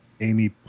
Amy